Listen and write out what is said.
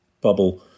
bubble